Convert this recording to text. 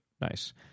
Nice